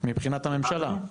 מבחינת הממשלה.